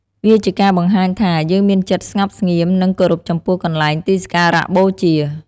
វាជាការបង្ហាញថា យើងមានចិត្តស្ងប់ស្ងៀម និងគោរពចំពោះកន្លែងទីសក្ការៈបូជា។